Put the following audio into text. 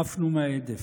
עפנו מההדף.